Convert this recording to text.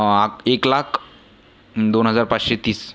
एक लाख दोन हजार पाचशे तीस